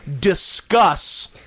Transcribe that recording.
discuss